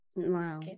wow